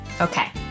Okay